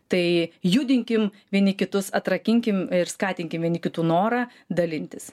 tai judinkim vieni kitus atrakinkim ir skatinkim vieni kitų norą dalintis